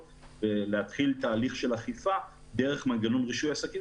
ולהתחיל תהליך של אכיפה דרך מנגנון רישוי עסקים,